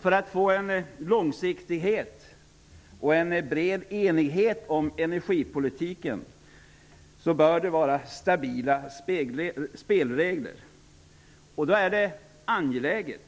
För att få en långsiktighet och en bred enighet om energipolitiken bör det vara stabila spelregler. Därför är det angeläget